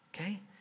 okay